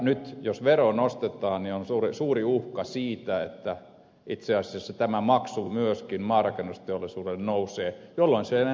nyt jos veroa nostetaan niin on suuri uhka siitä että itse asiassa myös tämä maksu maanrakennusteollisuudelle nousee jolloin se ei enää ole järkevää